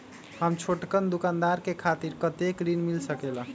हम छोटकन दुकानदार के खातीर कतेक ऋण मिल सकेला?